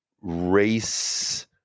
race